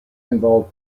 involved